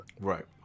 Right